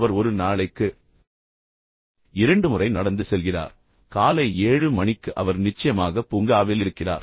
அவர் ஒரு நாளைக்கு இரண்டு முறை நடந்து செல்கிறார் காலை 7 மணிக்கு அவர் நிச்சயமாக பூங்காவில் இருக்கிறார்